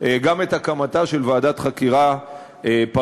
גם את הקמתה של ועדת חקירה פרלמנטרית,